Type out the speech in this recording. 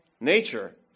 nature